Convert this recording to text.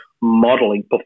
modeling